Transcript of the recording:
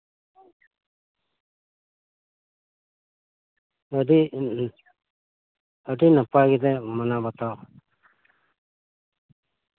ᱟᱹᱰᱤ ᱟᱹᱰᱤ ᱱᱟᱯᱟᱭ ᱜᱮᱞᱮ ᱢᱟᱱᱟᱣ ᱵᱟᱛᱟᱣᱟ